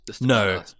No